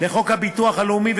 לחוק הביטוח הלאומי,